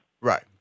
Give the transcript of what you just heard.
Right